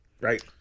Right